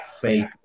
fake